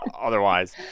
otherwise